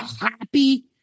happy